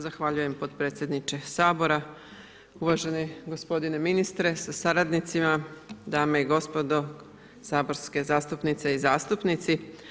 Zahvaljujem potpredsjedniče Sabora, uvaženi gospodine ministre sa suradnicima, dame i gospodo, saborske zastupnice i zastupnici.